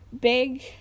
big